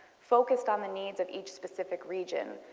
focused on the needs of each specific region,